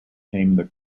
cure